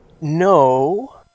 No